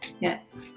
yes